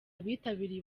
abitabiriye